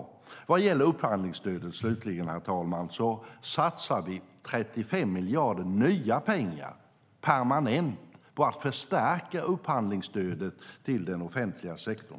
När det gäller upphandlingsstödet, herr talman, satsar vi 35 miljarder nya pengar, permanent, på att förstärka upphandlingsstödet till den offentliga sektorn.